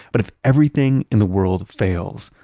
but if everything in the world fails,